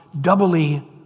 doubly